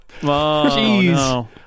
jeez